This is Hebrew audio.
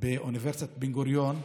באוניברסיטת בן-גוריון,